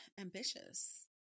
ambitious